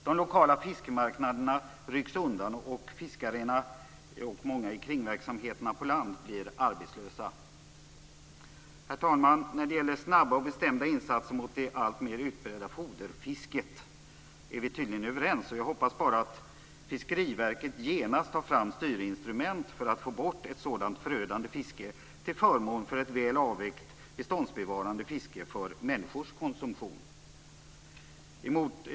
De lokala fiskmarknaderna rycks undan, och fiskarna och många i kringverksamheterna på land blir arbetslösa. Herr talman! När det gäller snabba och bestämda insatser mot det alltmer utbredda foderfisket är vi tydligen överens. Jag hoppas bara att Fiskeriverket genast tar fram styrinstrument för att få bort ett sådant förödande fiske till förmån för ett väl avvägt beståndsbevarande fiske för människors konsumtion.